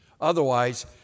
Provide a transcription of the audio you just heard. Otherwise